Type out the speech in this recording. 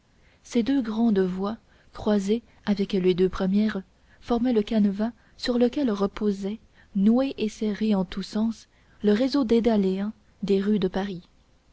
ces deux grandes voies croisées avec les deux premières formaient le canevas sur lequel reposait noué et serré en tous sens le réseau dédaléen des rues de paris